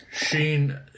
Sheen